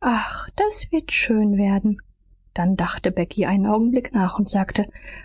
ach das wird schön werden dann dachte becky einen augenblick nach und sagte